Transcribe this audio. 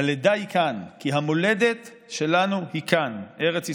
הלידה היא כאן כי המולדת שלנו היא כאן, ארץ ישראל.